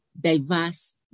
diverse